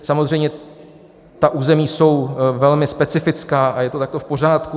Samozřejmě ta území jsou velmi specifická a je to takhle v pořádku.